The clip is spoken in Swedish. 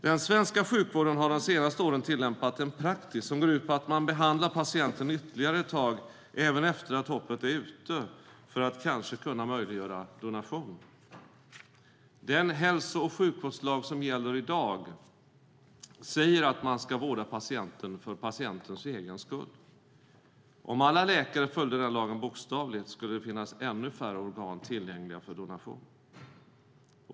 Den svenska sjukvården har de senaste åren tillämpat en praxis som går ut på att man behandlar patienten ytterligare ett tag efter att hoppet är ute, för att kanske kunna möjliggöra donation. Den hälso och sjukvårdslag som gäller i dag säger att man ska vårda patienten för patientens egen skull. Om alla läkare följde den lagen bokstavligt skulle det finnas ännu färre organ tillgängliga för donation.